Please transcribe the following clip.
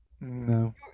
No